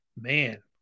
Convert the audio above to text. Man